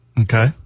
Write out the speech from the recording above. Okay